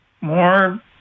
more